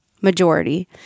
majority